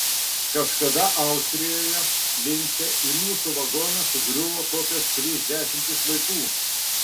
kažkada austrijoje lince į mūsų vagoną sugriuvo kokios trys dešimtys vaikų